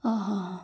हाँ हाँ हाँ